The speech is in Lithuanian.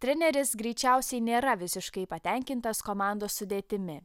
treneris greičiausiai nėra visiškai patenkintas komandos sudėtimi